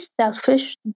selfish